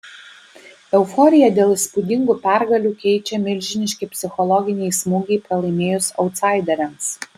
euforiją dėl įspūdingų pergalių keičia milžiniški psichologiniai smūgiai pralaimėjus autsaideriams